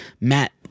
Matt